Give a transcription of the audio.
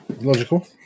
Logical